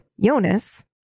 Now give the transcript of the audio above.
Jonas